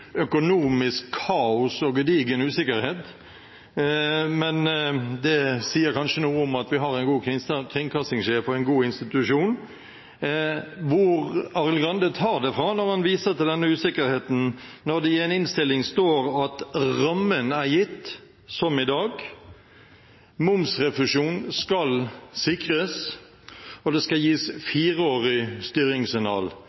økonomisk kaos og gedigen usikkerhet, men det sier kanskje noe om at vi har en god kringkastingssjef og en god institusjon. Hvor tar Arild Grande det fra når han viser til denne usikkerheten, når det i en innstilling står at rammen er gitt, som i dag, momsrefusjon skal sikres, og det skal gis